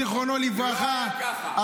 זיכרונו לברכה,